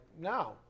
now